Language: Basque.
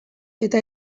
eta